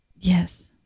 Yes